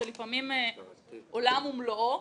זה לפעמים עולם ומלואו,